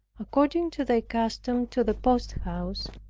according to their custom, to the posthouse.